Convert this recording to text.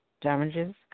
damages